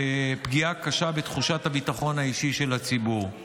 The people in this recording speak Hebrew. בפגיעה קשה בתחושת הביטחון האישי של הציבור.